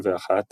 עד 1931,